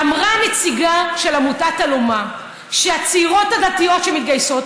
אמרה הנציגה של עמותת אלומה שהצעירות הדתיות שמתגייסות,